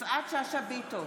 יפעת שאשא ביטון,